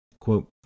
Quote